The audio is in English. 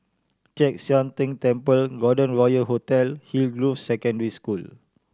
Chek Sian Tng Temple Golden Royal Hotel Hillgrove Secondary School